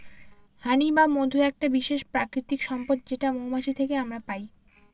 হানি বা মধু একটা বিশেষ প্রাকৃতিক সম্পদ যেটা মৌমাছি থেকে আমরা পাই